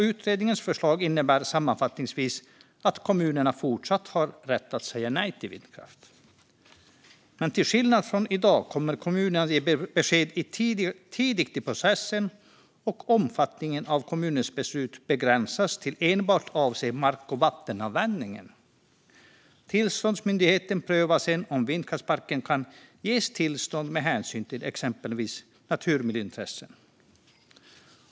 Utredningens förslag innebär sammanfattningsvis att kommunerna fortsatt har rätt att säga nej till vindkraft. Men till skillnad från i dag kommer kommunen att ge besked tidigt i processen, och omfattningen av kommunens beslut begränsas till att enbart avse mark och vattenanvändning. Tillståndsmyndigheten prövar sedan om vindkraftsparken kan ges tillstånd med hänsyn till exempelvis naturmiljöintressen.